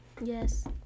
Yes